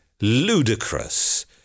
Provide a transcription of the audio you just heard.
ludicrous